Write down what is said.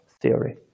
theory